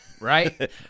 right